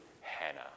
Hannah